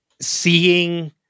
Seeing